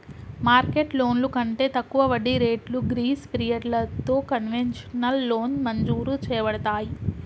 market లోన్లు కంటే తక్కువ వడ్డీ రేట్లు గ్రీస్ పిరియడలతో కన్వెషనల్ లోన్ మంజురు చేయబడతాయి